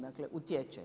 Dakle, utječe.